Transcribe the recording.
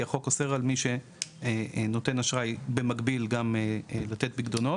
כי החוק אוסר על מי שנותן אשראי במקביל לתת פיקדונות.